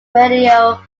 radio